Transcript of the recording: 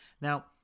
now